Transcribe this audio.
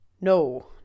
no